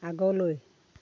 আগলৈ